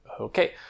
Okay